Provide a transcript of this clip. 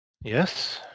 Yes